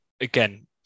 again